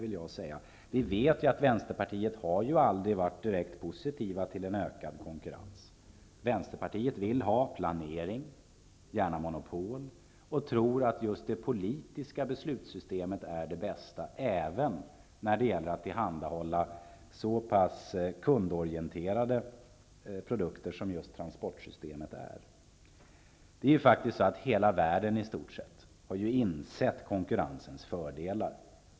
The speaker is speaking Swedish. Vi vet ju att Vänsterpartiet aldrig har varit direkt positivt till en ökad konkurrens. Vänsterpartiet vill ha planering, gärna monopol, och tror att just det politiska beslutssystemet är det bästa, även när det gäller att tillhandahålla så pass kundorienterade produkter som just transportsystemet är. I stort sett hela världen har insett konkurrensens fördelar.